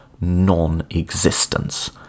non-existence